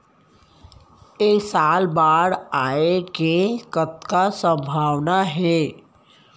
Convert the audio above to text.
ऐ साल बाढ़ आय के कतका संभावना हे?